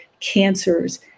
cancers